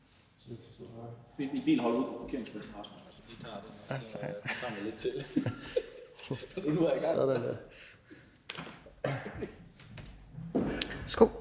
Værsgo.